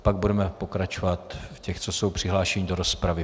Pak budeme pokračovat v těch, co jsou přihlášeni do rozpravy.